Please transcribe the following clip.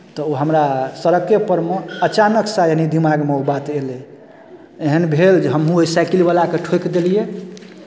तऽ ओ हमरा सड़केपर मे अचानकसँ यानि दिमागमे ओ बात एलै एहन भेल जे हमहूँ ओहि साइकिलवलाके ठोकि देलियै